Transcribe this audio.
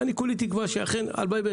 ואני כולי תקווה שאכן הלוואי,